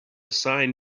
sign